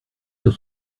sur